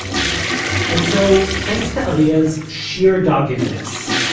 of juice and so, thanks to ariel's sheer doggedness,